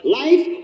life